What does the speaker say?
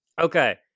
Okay